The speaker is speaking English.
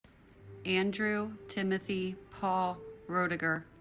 andrew timothy paul roediger